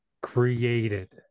created